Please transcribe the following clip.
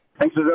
thanks